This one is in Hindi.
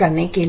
करने के लिए